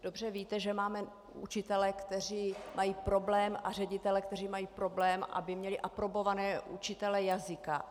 Dobře víte, že máme učitele, kteří mají problém, a ředitele, kteří mají problém, aby měli aprobované učitele jazyka.